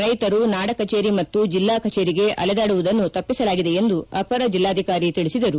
ರೈತರು ನಾಡಕಚೇರಿ ಮತ್ತು ಜಲ್ಲಾಕಚೇರಿಗೆ ಅಲೆದಾಡುವುದನ್ನು ತಪ್ಪಿಸಲಾಗಿದೆ ಎಂದು ಅಪರ ಜಲ್ಲಾಧಿಕಾರಿ ತಿಳಿಸಿದರು